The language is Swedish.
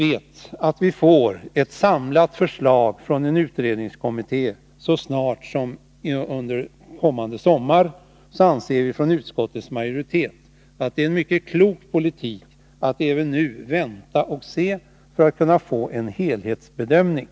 Eftersom ett samlat förslag från en utredningskommitté kommer att läggas fram så snart som kommande sommar, anser utskottsmajoriteten att det är mycket klok politik att avvakta dessa förslag för att kunna göra en helhetsbedömning.